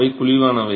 அவை குழிவானவை